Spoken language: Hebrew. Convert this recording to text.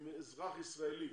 אם אזרח ישראלי,